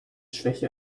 schwäche